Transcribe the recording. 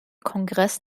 kongress